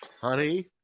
honey